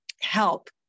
help